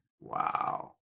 Wow